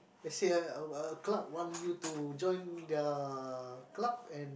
let's say a a club wants you to join the club and